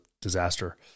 disaster